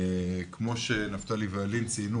כמו שנפתלי ואלין ציינו,